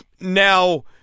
Now